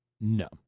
No